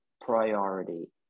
priority